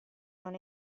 non